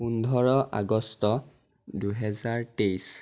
পোন্ধৰ আগষ্ট দুহেজাৰ তেইছ